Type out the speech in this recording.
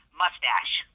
mustache